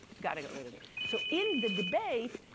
gotta get rid of it. so, in the debate,